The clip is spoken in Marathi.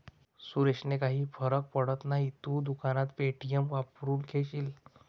सुरेशने काही फरक पडत नाही, तू दुकानात पे.टी.एम वापरून घेशील